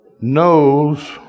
Knows